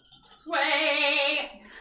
Sway